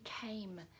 came